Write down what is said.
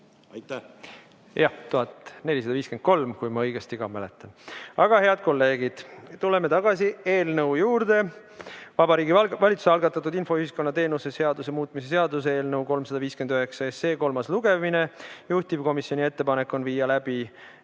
Jah, 1453, kui ma õigesti mäletan. Aga, head kolleegid, tuleme tagasi eelnõu juurde. Vabariigi Valitsuse algatatud infoühiskonna teenuse seaduse muutmise seaduse eelnõu 359 kolmas lugemine. Juhtivkomisjoni ettepanek on viia läbi